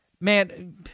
Man